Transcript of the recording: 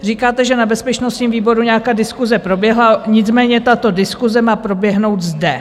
Říkáte, že na bezpečnostním výboru nějaká diskuse proběhla, nicméně tato diskuse má proběhnout zde.